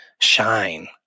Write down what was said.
shine